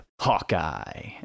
Hawkeye